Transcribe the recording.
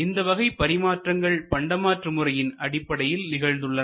இந்த வகை பரிமாற்றங்கள் பண்டமாற்று முறையின் அடிப்படையில் நிகழ்ந்துள்ளன